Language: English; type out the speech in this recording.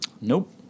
Nope